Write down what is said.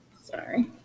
sorry